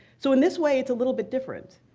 so in this way it's a little bit different,